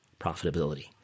profitability